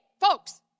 folks